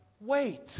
wait